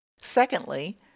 Secondly